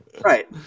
right